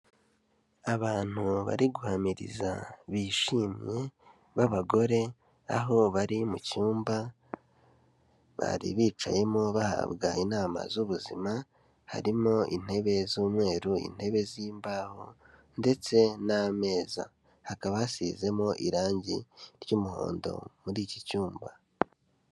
Abantu bari guhamiriza bishimye b'abagore, aho bari mu cyumba bari bicayemo bahabwa inama z'ubuzima, harimo intebe z'umweru, intebe z'imbaho ndetse n'ameza. Hakaba hasizemo irangi ry'umuhondo muri iki cyumba.